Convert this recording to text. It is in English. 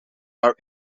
are